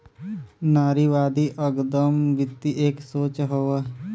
नारीवादी अदगम वृत्ति एक सोच हउए